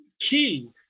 key